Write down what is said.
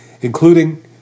including